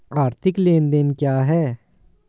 आर्थिक लेनदेन क्या है?